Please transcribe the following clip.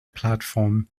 platform